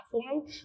platform